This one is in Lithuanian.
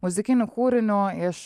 muzikiniu kūriniu iš